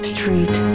Street